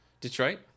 Detroit